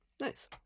Nice